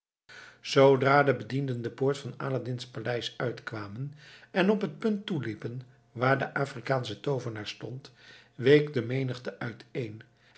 zoodra de bedienden de poort van aladdin's paleis uitkwamen en op het punt toeliepen waar de afrikaansche toovenaar stond week de menigte uiteen